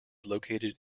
located